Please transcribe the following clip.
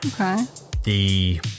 Okay